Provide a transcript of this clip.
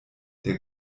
der